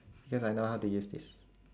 because I know how to use this